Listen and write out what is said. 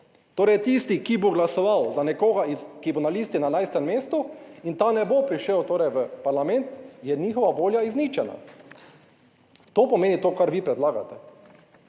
Torej, tisti, ki bo glasoval za nekoga, ki bo na listi na 11. mestu in ta ne bo prišel torej v parlament, je njihova volja izničena. To pomeni, to kar vi predlagate.